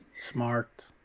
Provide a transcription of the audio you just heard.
smart